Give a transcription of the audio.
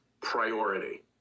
priority